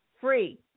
free